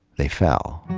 they fell.